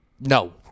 No